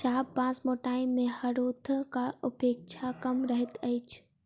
चाभ बाँस मोटाइ मे हरोथक अपेक्षा कम रहैत अछि